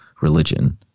religion